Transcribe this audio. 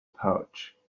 pouch